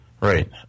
Right